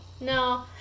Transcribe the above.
No